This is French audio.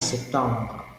septembre